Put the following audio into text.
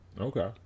Okay